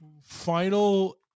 final